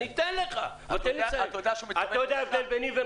אני אתן לך לדבר, אבל תן לי לסיים.